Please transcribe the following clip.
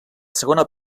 segona